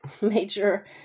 major